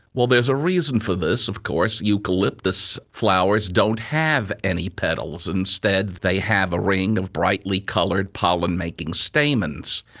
well, there's a reason for this of course. eucalyptus flowers don't have any petals, instead they have a ring of brightly coloured pollen-making stamens.